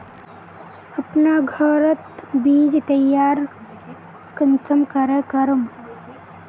अपना घोरोत बीज तैयार कुंसम करे करूम?